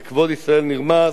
וכבוד ישראל נרמס.